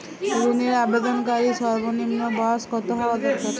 ঋণের আবেদনকারী সর্বনিন্ম বয়স কতো হওয়া দরকার?